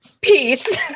peace